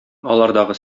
алардагы